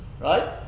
Right